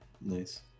Nice